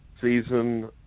season